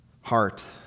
heart